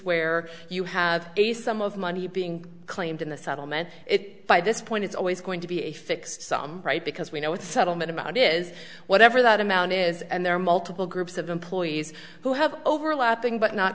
where you have a sum of money being claimed in the settlement it by this point it's always going to be a fixed sum right because we know what settlement amount is whatever that amount is and there are multiple groups of employees who have overlapping but not